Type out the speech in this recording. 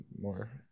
more